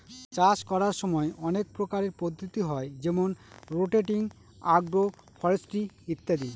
চাষ করার সময় অনেক প্রকারের পদ্ধতি হয় যেমন রোটেটিং, আগ্র ফরেস্ট্রি ইত্যাদি